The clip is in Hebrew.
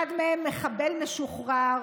אחד מהם מחבל משוחרר